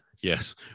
Yes